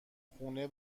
خونه